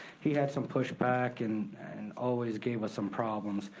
he had some pushback and and always gave us some problems.